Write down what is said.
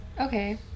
okay